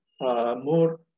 more